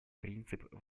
принцип